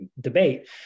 debate